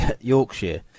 Yorkshire